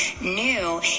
new